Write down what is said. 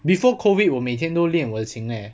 before COVID 我每天都练我的琴 leh